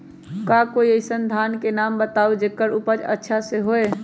का कोई अइसन धान के नाम बताएब जेकर उपज अच्छा से होय?